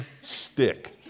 stick